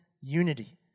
unity